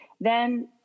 then-